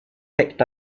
picked